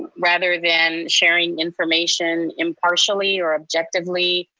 rather than sharing information impartially or objectively,